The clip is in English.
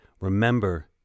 remember